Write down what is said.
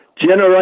generation